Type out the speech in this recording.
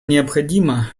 необходимо